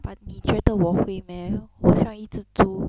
but 你觉得我会 meh 我像一只猪